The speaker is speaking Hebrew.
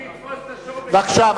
צריך לתפוס את השור, בבקשה.